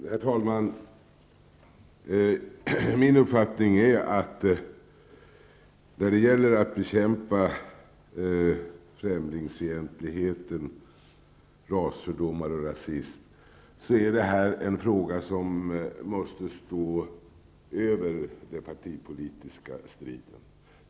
Herr talman! Min uppfattning är att frågan om att bekämpa främlingsfientlighet, rasfördomar och rasism är en fråga som måste stå över den partipolitiska striden.